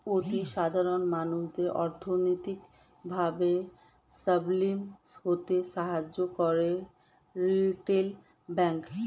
অতি সাধারণ মানুষদের অর্থনৈতিক ভাবে সাবলম্বী হতে সাহায্য করে রিটেল ব্যাংক